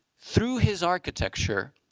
through his architecture,